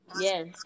Yes